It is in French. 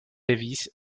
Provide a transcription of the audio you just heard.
davis